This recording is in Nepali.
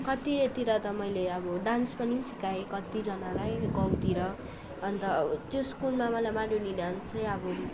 कतितिर त मैले अब डान्स पनि सिकाएँ कतिजनालाई गाउँतिर अन्त त्यो स्कुलमा मलाई मारुनी डान्स चाहिँ अब